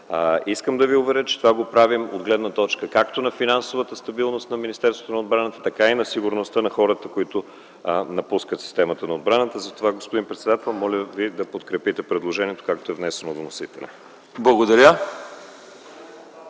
Искам да ви уверя, че това го правим от гледна точка както на финансовата стабилност на Министерството на отбраната, така и на сигурността на хората, които напускат системата на отбраната. Затова моля да подкрепите предложението, както е внесено от вносителя.